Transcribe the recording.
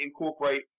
incorporate